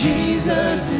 Jesus